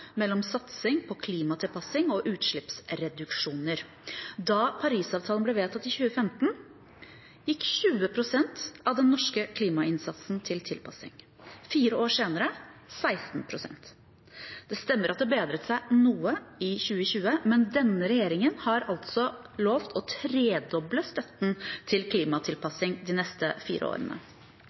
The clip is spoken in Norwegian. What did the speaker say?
mellom satsing og klimatilpassing og utslippsreduksjoner. Da Parisavtalen ble vedtatt i 2015, gikk 20 pst. av den norske klimainnsatsen til tilpassing, og fire år senere: 16 pst. Det stemmer at det bedret seg noe i 2020, men denne regjeringen har altså lovet å tredoble støtten til klimatilpassing de neste fire årene.